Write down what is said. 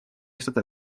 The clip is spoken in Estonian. lihtsalt